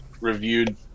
reviewed